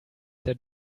their